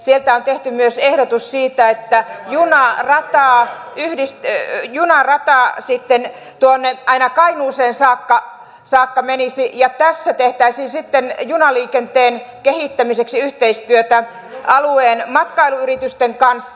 sieltä on tehty myös ehdotus siitä että junarata sitten aina kainuuseen saakka menisi ja tässä tehtäisiin sitten junaliikenteen kehittämiseksi yhteistyötä alueen matkailuyritysten kanssa